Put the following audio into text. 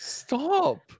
stop